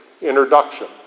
introduction